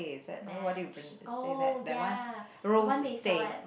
mash oh ya the one they sell at